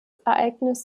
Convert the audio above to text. ereignis